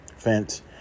fence